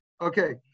okay